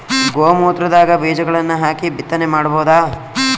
ಗೋ ಮೂತ್ರದಾಗ ಬೀಜಗಳನ್ನು ಹಾಕಿ ಬಿತ್ತನೆ ಮಾಡಬೋದ?